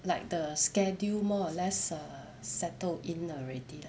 like the schedule more or less err settled in already